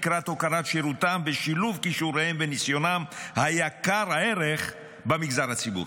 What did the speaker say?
לקראת הוקרת שירותם ושילוב כישוריהם וניסיונם יקר הערך במגזר הציבורי.